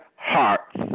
Hearts